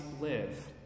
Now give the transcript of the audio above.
live